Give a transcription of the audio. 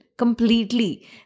completely